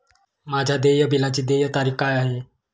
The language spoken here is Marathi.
माझ्या देय बिलाची देय तारीख काय आहे?